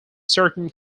certain